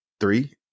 three